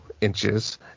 inches